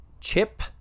Chip